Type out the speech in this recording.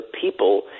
people